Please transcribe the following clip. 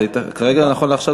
נכון להיום,